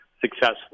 successful